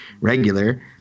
regular